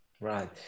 Right